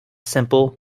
simple